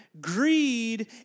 Greed